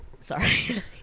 sorry